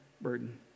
Burden